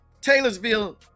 Taylorsville